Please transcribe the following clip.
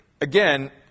again